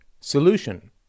solution